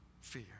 fear